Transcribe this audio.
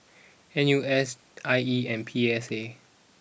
N U S I E and P S A